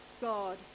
God